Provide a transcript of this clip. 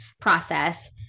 process